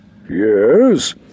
Yes